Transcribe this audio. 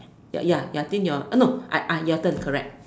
ya ya I think your eh no I I your turn correct